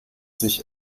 sich